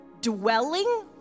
dwelling